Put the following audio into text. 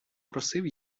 просив